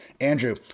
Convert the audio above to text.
Andrew